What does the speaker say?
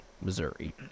Missouri